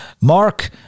Mark